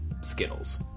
Skittles